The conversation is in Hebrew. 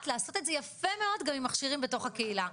לעשות את זה יפה מאוד גם עם מכשירים בתוך הקהילה,